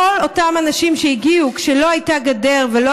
כל אותם אנשים שהגיעו כשלא הייתה גדר ולא